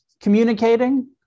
communicating